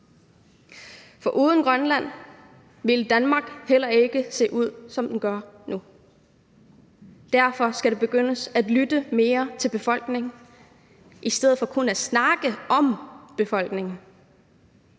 for uden Grønland ville Danmark heller ikke se ud, som det gør nu. Derfor skal man begynde at lytte mere til befolkningen i stedet for kun at snakke om befolkningen.